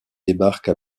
débarque